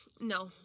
No